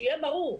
שיהיה ברור,